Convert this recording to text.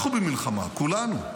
אנחנו במלחמה, כולנו.